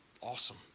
awesome